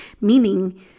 Meaning